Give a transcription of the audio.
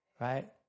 right